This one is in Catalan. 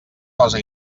cosa